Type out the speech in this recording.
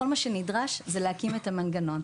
כל מה שנדרש זה להקים את המנגנון.